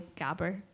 gabber